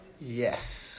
Yes